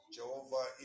Jehovah